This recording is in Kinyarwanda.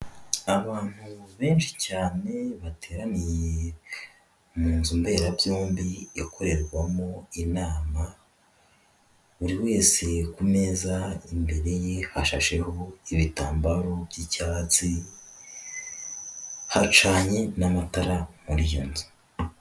Abantu benshi cyane bateraniye mu nzu mberabyombi ikorerwamo inama, buri wese ku meza imbere ye hashasheho ibitambaro by'icyatsi, hacanye n'amatara muri iyo nzu.